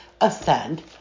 ascend